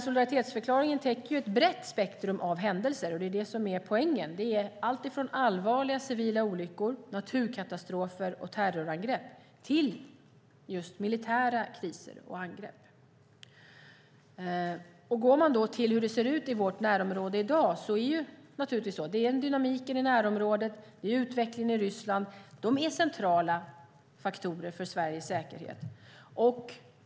Solidaritetsförklaringen täcker ett brett spektrum av händelser - det är poängen. Det är allt från allvarliga civila olyckor, naturkatastrofer och terrorangrepp till just militära kriser och angrepp. Går man till hur det ser ut i vårt närområde i dag ser man dynamiken i närområdet och utvecklingen i Ryssland. De är centrala faktorer för Sveriges säkerhet.